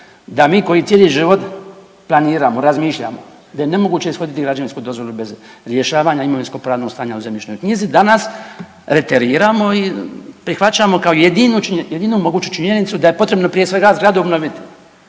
da mi koji cijeli život planiramo, razmišljamo da je nemoguće ishoditi građevinsku dozvolu bez rješavanja imovinsko-pravnog stanja u zemljišnoj knjizi. Danas reteriramo i prihvaćamo kao jedinu moguću činjenicu da je potrebno prije svega zgradu obnoviti,